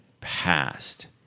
passed